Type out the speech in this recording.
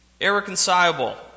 irreconcilable